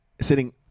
sitting